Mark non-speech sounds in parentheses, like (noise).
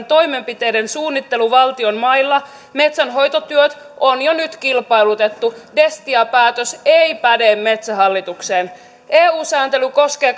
(unintelligible) toimenpiteiden suunnittelu valtion mailla metsänhoitotyöt on jo nyt kilpailutettu destia päätös ei päde metsähallitukseen eu sääntely koskee (unintelligible)